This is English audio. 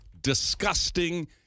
disgusting